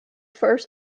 first